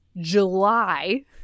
July